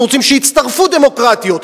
אנחנו רוצים שיצטרפו דמוקרטיות,